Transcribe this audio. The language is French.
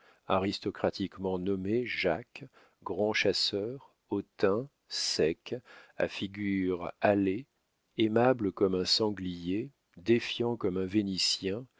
senonches aristocratiquement nommé jacques grand chasseur hautain sec à figure hâlée aimable comme un sanglier défiant comme un vénitien